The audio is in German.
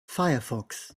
firefox